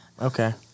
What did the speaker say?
Okay